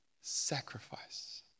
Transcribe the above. sacrifice